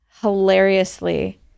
hilariously